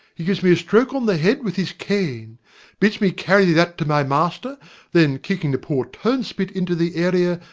he gives me a stroke on the head with his cane bids me carry that to my master then kicking the poor turnspit into the area,